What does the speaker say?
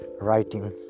writing